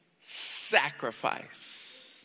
sacrifice